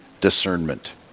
discernment